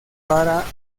para